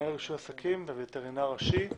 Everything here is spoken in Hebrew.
מנהל רישוי עסקים ווטרינר ראשי.